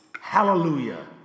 Hallelujah